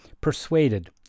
persuaded